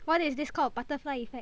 what is this callled butterfly effect